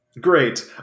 Great